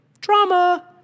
Drama